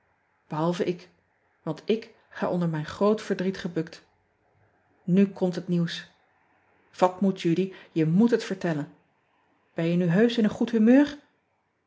behalve ik want ik ga onder mijn groot verdriet gebukt u komt het nieuws at moed udy je moet het vertellen en je nu heusch in een goed humeur